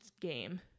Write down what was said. game